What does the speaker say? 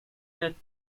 être